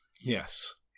Yes